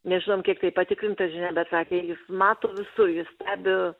nežinom kiek tai patikrinta žinia bet sakė jus mato visur jus stebi